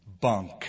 Bunk